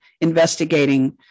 investigating